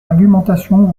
argumentation